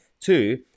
two